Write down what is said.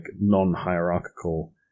non-hierarchical